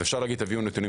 אפשר לומר: תביאו נתונים,